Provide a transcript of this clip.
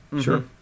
Sure